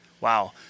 Wow